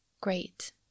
Great